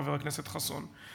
חבר הכנסת חסון.